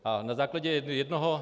A na základě jednoho...